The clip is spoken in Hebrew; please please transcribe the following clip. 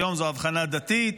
היום זו הבחנה דתית.